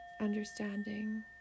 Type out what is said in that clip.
understanding